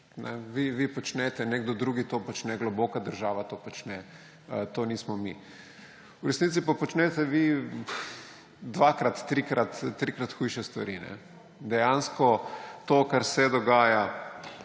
Vi počnete, nekdo drugi to počne, globoka država to počne, to nismo mi. V resnici pa počnete vi dvakrat, trikrat hujše stvari. Dejansko to, kar se dogaja